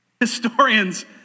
Historians